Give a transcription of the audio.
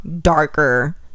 darker